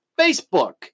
Facebook